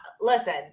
listen